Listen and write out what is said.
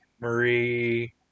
Marie